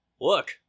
Look